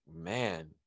Man